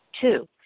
Two